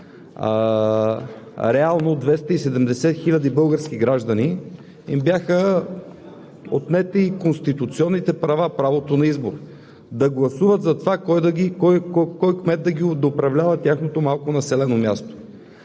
реално на 270 хиляди български граждани бяха отнети конституционните права – правото на избор, да гласуват за това кой кмет да управлява тяхното малко населено място.